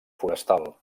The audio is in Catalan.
forestal